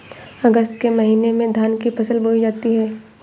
अगस्त के महीने में धान की फसल बोई जाती हैं